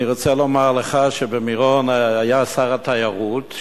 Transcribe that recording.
אני רוצה לומר לך שבמירון היה שר התיירות,